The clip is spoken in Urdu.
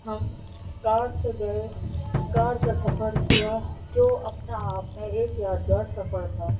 ہم کار سے گئے کار کا سفر کیا جو اپنے آپ میں ایک یادگار سفر تھا